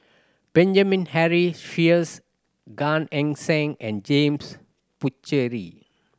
Benjamin Henry Sheares Gan Eng Seng and James Puthucheary